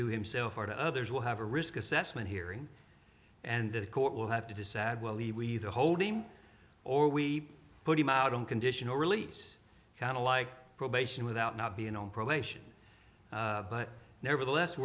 to himself or to others will have a risk assessment hearing and the court will have to decide well he we the whole team or we put him out on conditional release kind of like probation without not being on probation but nevertheless